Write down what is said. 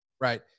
right